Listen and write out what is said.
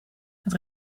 het